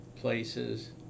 places